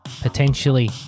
potentially